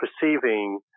perceiving